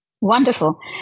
Wonderful